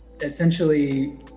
essentially